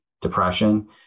depression